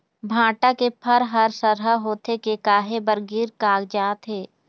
भांटा के फर हर सरहा होथे के काहे बर गिर कागजात हे?